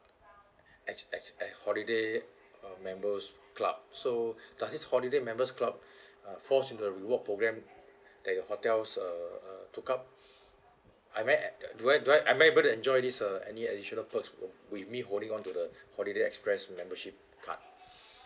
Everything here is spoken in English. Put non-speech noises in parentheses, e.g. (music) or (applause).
ac~ ac~ ac~ holiday uh members club so does this holiday members club (breath) uh falls in the reward program that your hotels uh uh took up I meant do I do I am I able to enjoy this uh any additional perks with me holding on to the holiday express membership card